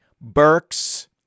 Burks